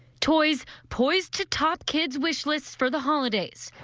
toys poised to top kids wish lists for the holidays.